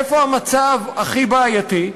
איפה המצב הכי בעייתי?